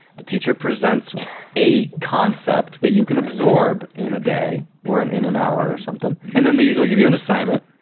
the teacher presents a concept that you can absorb in a day or in an hour or something, and then they usually give you an assignment.